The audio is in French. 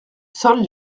seule